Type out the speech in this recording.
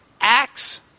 Acts